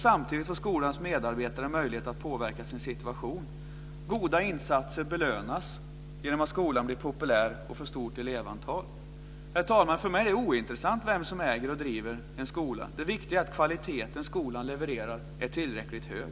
Samtidigt får skolans medarbetare möjlighet att påverka sin situation. Goda insatser belönas genom att skolan blir populär och får stort elevantal. Herr talman! För mig är det ointressant vem som äger och driver en skola. Det viktiga är att den kvalitet skolan levererar är tillräckligt hög.